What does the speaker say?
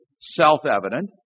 self-evident